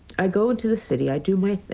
i go into the city. i do my thing.